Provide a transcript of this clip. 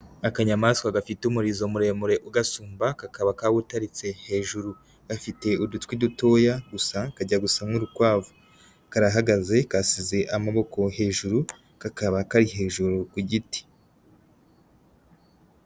Akanyamaswa gafite umurizo muremure ugasumba, kakaba kawutaritse hejuru, gafite udutwi dutoya gusa kajya gusa nk'urukwavu. Karahagaze, kasize amaboko hejuru, kakaba kari hejuru ku giti.